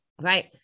right